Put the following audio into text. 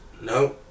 No